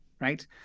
right